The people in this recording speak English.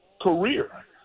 career